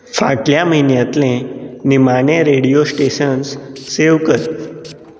फाटल्या म्हयन्यांतले निमाणे रेडियो स्टेशन्स सेव्ह कर